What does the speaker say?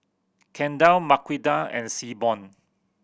Kendall Marquita and Seaborn